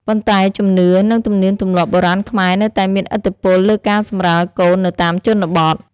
ប៉ុន្តែ ជំនឿ និងទំនៀមទម្លាប់បុរាណខ្មែរនៅតែមានឥទ្ធិពលលើការសម្រាលកូននៅតាមជនបទ។